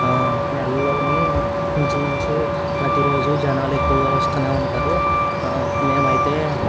నెల్లోని ఇంచుమించు ప్రతిరోజు జనాలు ఎక్కువగా వస్తూనే ఉంటారు మేమైతే